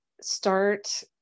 start